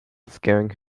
scaring